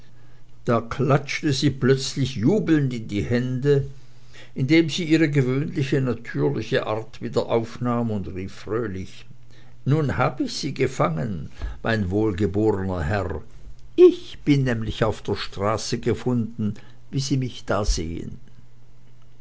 da klatschte sie plötzlich jubelnd in die hände indem sie ihre gewöhnliche natürliche art wieder aufnahm und rief fröhlich nun hab ich sie gefangen mein wohlgeborner herr ich bin nämlich auf der straße gefunden wie sie mich da sehen